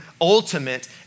ultimate